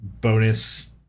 bonus